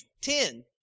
Ten